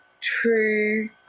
true